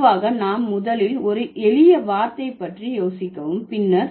பொதுவாக நாம் முதலில் ஒரு எளிய வார்த்தை பற்றி யோசிக்க பின்னர்